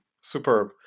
Superb